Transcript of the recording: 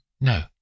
no